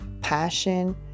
passion